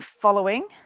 following